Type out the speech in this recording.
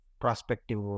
prospective